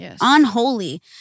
unholy